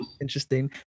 interesting